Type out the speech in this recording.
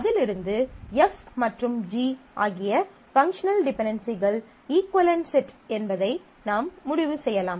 அதிலிருந்து F மற்றும் G ஆகிய பங்க்ஷனல் டிபென்டென்சிகள் இஃக்குவளென்ட் செட் என்பதை நாம் முடிவு செய்யலாம்